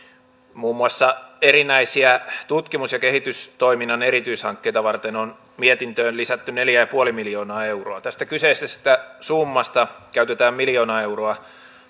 muun muassa erinäisiä tutkimus ja kehitystoiminnan erityishankkeita varten on mietintöön lisätty neljä pilkku viisi miljoonaa euroa tästä kyseisestä summasta käytetään miljoona euroa